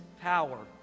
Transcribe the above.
power